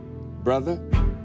brother